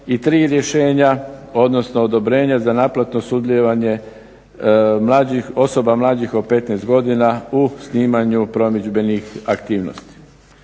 I 3 rješenja, odnosno odobrenja za naplatno sudjelovanje osoba mlađih od 15 godina u snimanju promidžbenih aktivnosti.